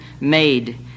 made